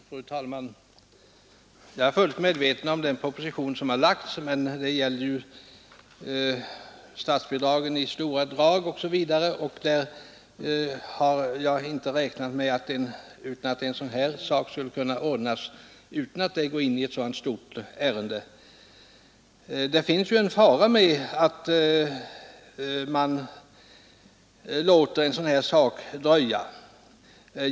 Fru talman! Jag är fullt medveten om den proposition som nyligen har lagts, men den gäller ju statsbidragen i stora drag. Jag anser att en sådan ändring som jag nu har aktualiserat skulle kunna vidtas utan att man behöver gå in i ett så stort ärende som propositionen gäller. Det finns en fara i att dröja med en sådan här sak.